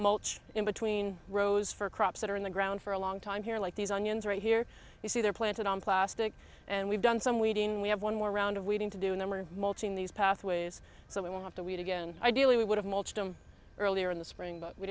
mulch in between rows for crops that are in the ground for a long time here like these onions right here you see they're planted on plastic and we've done some weeding we have one more round of weeding to do a number of mulching these pathways so we want to eat again ideally we would have mulch them earlier in the spring but we